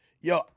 Yo